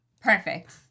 Perfect